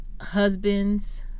husband's